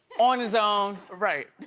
on his own. right.